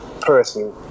person